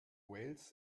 wales